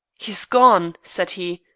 he is gone, said he,